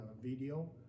video